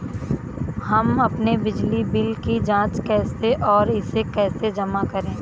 हम अपने बिजली बिल की जाँच कैसे और इसे कैसे जमा करें?